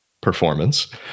performance